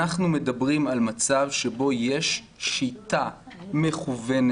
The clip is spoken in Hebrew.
אנחנו מדברים על מצב שבו יש שיטה מכוונת